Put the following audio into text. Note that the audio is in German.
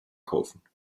kaufen